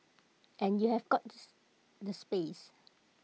and have got this the space